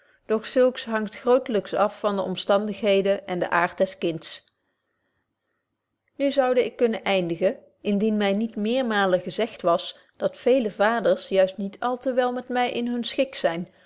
doch zulks hangt grootlyks af van de omstandigheden en den aart des kinds nu zoude ik kunnen eindigen indien my niet meermalen gezegd was dat vele vaders juist niet al te wel met my in hunnen schik zyn